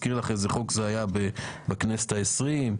באמת אני לקחתי את ההערה של זאב ושל מיכאל